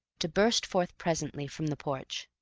to burst forth presently from the porch.